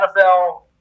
NFL